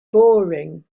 boring